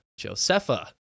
Josefa